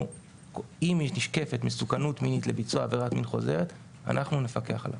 אם נשקפת מסוכנות מינית לביצוע עברת מין חוזרת אנחנו נפקח עליו.